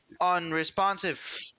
Unresponsive